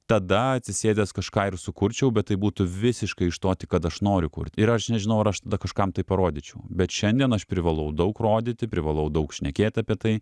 tada atsisėdęs kažką ir sukurčiau bet tai būtų visiškai iš to tik kad aš noriu kurt ir aš nežinau ar aš tada kažkam tai parodyčiau bet šiandien aš privalau daug rodyti privalau daug šnekėt apie tai